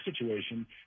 situation